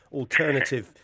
alternative